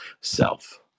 self